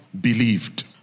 believed